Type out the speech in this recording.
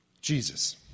Jesus